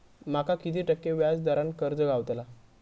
माका किती टक्के व्याज दरान कर्ज गावतला?